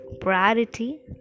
priority